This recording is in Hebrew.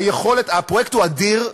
הפרויקט הוא אדיר,